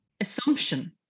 assumption